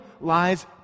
lies